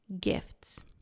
gifts